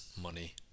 money